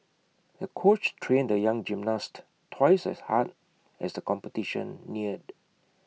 the coach trained the young gymnast twice as hard as the competition neared